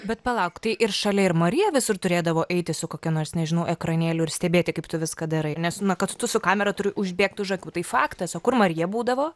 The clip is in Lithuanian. bet palauk tai ir šalia ir marija visur turėdavo eiti su kokia nors nežinau ekranėliu ir stebėti kaip tu viską darai nes na kad tu su kamera turi užbėgt už akių tai faktas o kur marija būdavo